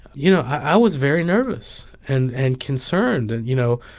you know, i was very nervous and and concerned. and, you know,